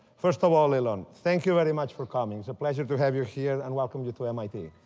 first of all, elon, thank you very much for coming. it's a pleasure to have you here and welcome to to mit.